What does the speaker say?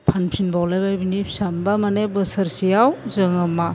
फानफिनबावलायबाय बिनि फिसा मोनबा माने बोसोरसेयाव जोङो मा